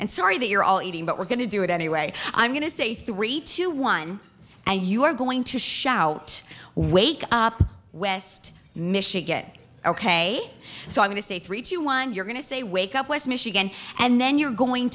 and sorry that you're all eating but we're going to do it anyway i'm going to say three to one and you're going to shout wake up west michigan ok so i'm going to say three to one you're going to say wake up west michigan and then you're going